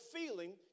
feeling